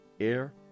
air